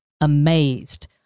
amazed